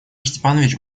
степанович